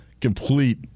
complete